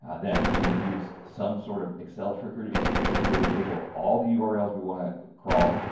ah then, we use some sort of excel trickery to create a table of all the urls we want to crawl,